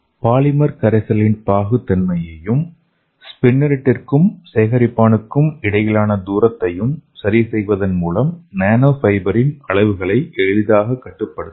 polymer கரைசலின் பாகுத்தன்மையையும் ஸ்பின்னெரெட்டிற்கும் சேகரிப்பானுக்கும் இடையிலான தூரத்தையும் சரிசெய்வதன் மூலம் நானோ ஃபைபரின் அளவுகளை எளிதாகக் கட்டுப்படுத்தலாம்